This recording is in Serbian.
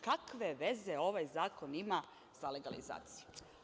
Kakve veze ovaj zakon ima sa legalizacijom?